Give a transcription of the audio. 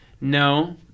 No